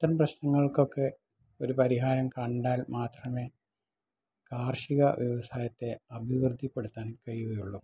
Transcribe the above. ഇത്തരം പ്രശ്നങ്ങൾക്കൊക്കെ ഒരു പരിഹാരം കണ്ടാൽ മാത്രമേ കാർഷിക വ്യവസായത്തെ അഭിവൃദ്ധിപ്പെടുത്താൻ കഴിയുകയുളളൂ